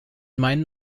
meinen